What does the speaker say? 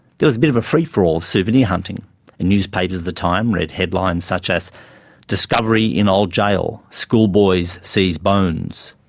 there was a bit of a free for all of souvenir hunting and newspapers of the time ran headlines such as discovery in old gaol. school boys seize bones.